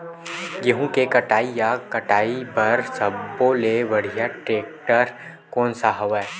गेहूं के कटाई या कटाई बर सब्बो ले बढ़िया टेक्टर कोन सा हवय?